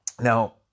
Now